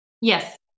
Yes